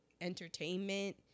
entertainment